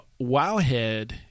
Wowhead